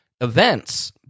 events